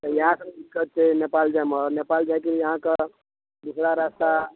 इएह सब दिक्कत छै नेपाल जाइमे नेपाल जाइके लिए अहाँके दूसरा रास्ता